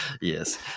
yes